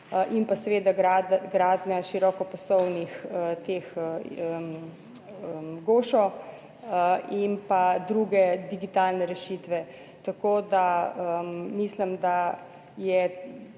in pa seveda gradnja širokopasovnih, teh, GOŠO in pa druge digitalne rešitve. Tako, da mislim, da je,